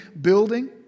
building